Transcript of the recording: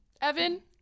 Evan